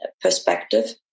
perspective